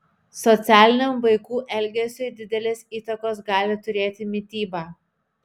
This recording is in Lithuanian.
socialiniam vaikų elgesiui didelės įtakos gali turėti mityba